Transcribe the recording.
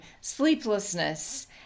sleeplessness